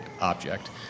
object